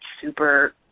super